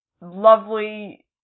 lovely